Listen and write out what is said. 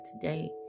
today